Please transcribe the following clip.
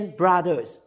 brothers